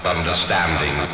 Understanding